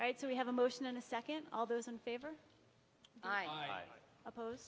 right so we have a motion and a second all those in favor i oppose